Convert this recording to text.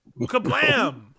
kablam